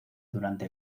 durante